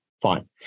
Fine